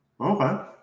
Okay